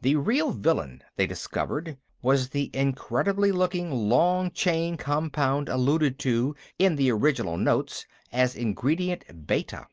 the real villain, they discovered, was the incredible-looking long-chain compound alluded to in the original notes as ingredient beta